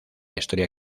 historia